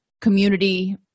community